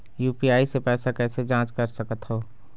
UPI से पैसा कैसे जाँच कर सकत हो?